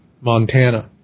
Montana